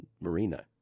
Marina